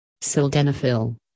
Sildenafil